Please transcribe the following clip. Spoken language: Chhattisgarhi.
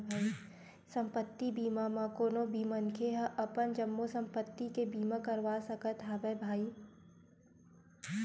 संपत्ति बीमा म कोनो भी मनखे ह अपन जम्मो संपत्ति के बीमा करवा सकत हवय भई